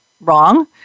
wrong